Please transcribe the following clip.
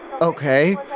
Okay